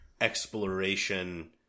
exploration